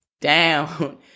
down